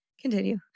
Continue